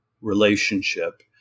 relationship